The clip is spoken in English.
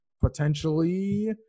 potentially